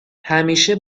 همیشه